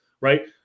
right